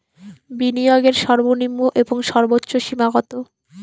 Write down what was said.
বিনিয়োগের সর্বনিম্ন এবং সর্বোচ্চ সীমা কত?